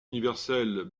universel